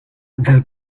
the